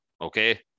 Okay